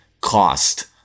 cost